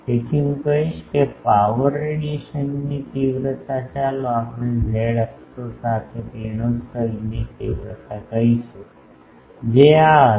તેથી હું કહીશ કે પાવર રેડિયેશનની તીવ્રતા ચાલો આપણે ઝેડ અક્ષો સાથે કિરણોત્સર્ગની તીવ્રતા કહીશું જે આ હશે